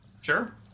Sure